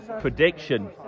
Prediction